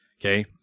Okay